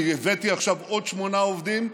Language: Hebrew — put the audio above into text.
הבאתי עכשיו עוד שמונה עובדים,